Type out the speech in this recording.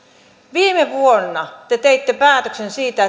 viime vuonna te teitte päätöksen siitä